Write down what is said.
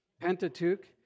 Pentateuch